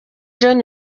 john